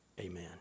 amen